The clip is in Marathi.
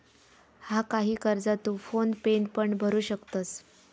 हा, काही कर्जा तू फोन पेन पण भरू शकतंस